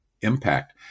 impact